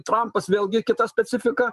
trampas vėlgi kita specifika